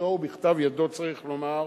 בשפתו ובכתב-ידו צריך לומר,